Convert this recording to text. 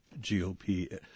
GOP